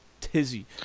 tizzy